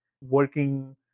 working